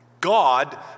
God